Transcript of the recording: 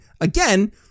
again